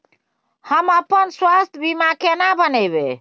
हम अपन स्वास्थ बीमा केना बनाबै?